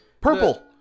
purple